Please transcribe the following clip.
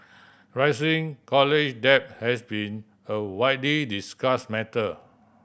rising college debt has been a widely discussed matter